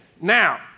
Now